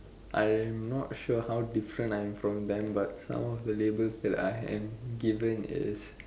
I am not sure how different I am from them but some of the labels I've given is